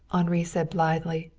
henri said blithely,